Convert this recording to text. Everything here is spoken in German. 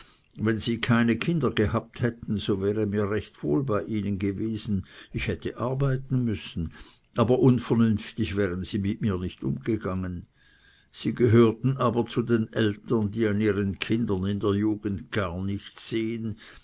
wenn sie keine kinder gehabt hätten so wäre mir recht wohl bei ihnen gewesen ich hätte arbeiten müssen aber unvernünftig wären sie mit nur nicht umgegangen sie gehörten aber zu den eltern die an ihren kindern in der jugend gar nichts sehen